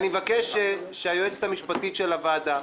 דבר שני, אני מבקש שהיועצת המשפטית של הוועדה,